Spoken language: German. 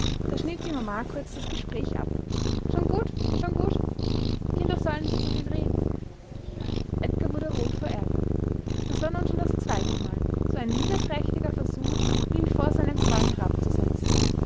da schnitt die mama kurz das gespräch ab schon gut schon gut kinder sollen nicht soviel reden edgar wurde rot vor ärger das war nun schon das zweite mal so ein niederträchtiger versuch ihn vor seinem freund herabzusetzen